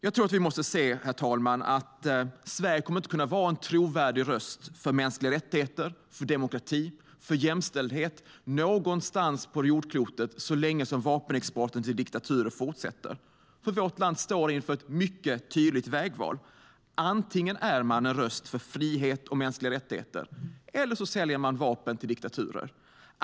Jag tror att vi måste se att Sverige inte kommer att kunna vara en trovärdig röst för mänskliga rättigheter, demokrati och jämställdhet någonstans på jordklotet så länge vapenexporten till diktaturer fortsätter. Vårt land står inför ett mycket tydligt vägval: Antingen är man en röst för frihet och mänskliga rättigheter eller så säljer man vapen till diktaturer.